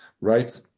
right